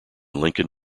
lincoln